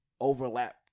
overlap